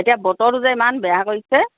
এতিয়া বতৰটো যে ইমান বেয়া কৰিছে